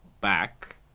back